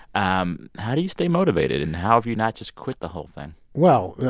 um how do you stay motivated? and how have you not just quit the whole thing? well,